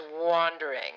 wandering